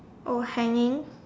oh hanging